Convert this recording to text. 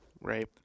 Right